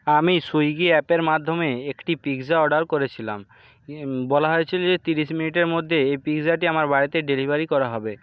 আমি সুইগি অ্যাপের মাধ্যমে একটি পিৎজা অর্ডার করেছিলাম বলা হয়েছিলো যে তিরিশ মিনিটের মধ্যে এই পিৎজাটি আমার বাড়িতে ডেলিভারি করা হবে